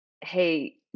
hey